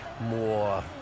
more